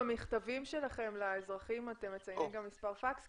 במכתבים שלכם לאזרחים אתם מציינים גם מספר פקס?